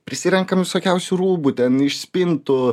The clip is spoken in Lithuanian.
prisirenkam visokiausių rūbų ten iš spintų